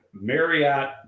Marriott